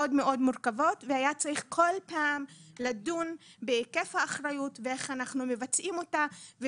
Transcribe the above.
והיה צריך לדון בהיקף האחריות ואיך אנחנו מבצעים אותה.